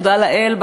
תודה לאל,